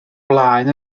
blaen